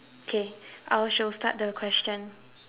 okay I'll shall start the question